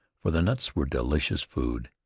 for the nuts were delicious food.